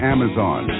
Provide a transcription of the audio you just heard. Amazon